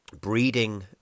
breeding